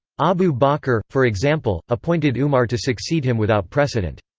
abu bakr, for example, appointed umar to succeed him without precedent.